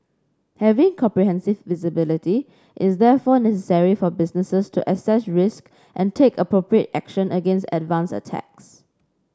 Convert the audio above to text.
having comprehensive visibility is therefore necessary for businesses to assess risks and take appropriate action against advanced attacks